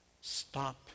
stop